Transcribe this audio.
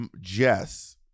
jess